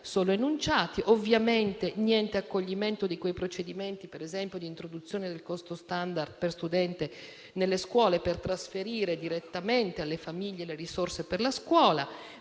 solo enunciati; ovviamente niente accoglimento di quei procedimenti - per esempio - di introduzione del costo *standard* per studente nelle scuole, per trasferire direttamente alle famiglie le risorse per la scuola;